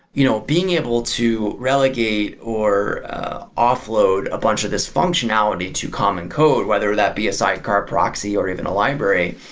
you know being able to relegate or offload a bunch of these functionality to common code, whether that'd be a sidecar proxy or even a library,